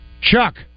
Chuck